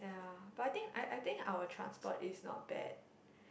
ya but I think I I think our transport is not bad